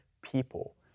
people